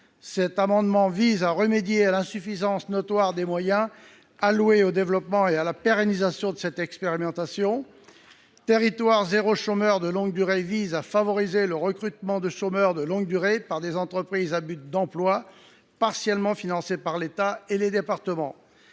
cet amendement vise à remédier à l’insuffisance notoire des moyens alloués au développement et à la pérennisation de cette expérimentation. Le dispositif Territoires zéro chômeur de longue durée vise à favoriser le recrutement de chômeurs de longue durée par des entreprises à but d’emploi (EBE), financées en partie par l’État et les départements.